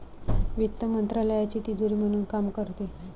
वित्त मंत्रालयाची तिजोरी म्हणून काम करते